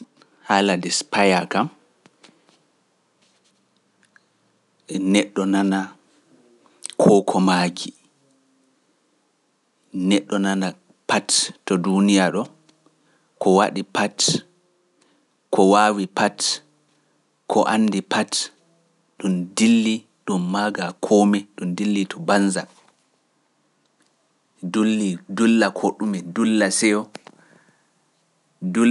Haala despaya kam, neɗɗo nana koo ko maaji, neɗɗo nana pat to duuniya ɗo, ko waɗi pat, ko waawi pat, ko anndi pat, ɗum dilli ɗum maaga komi, ɗum dilli to banza.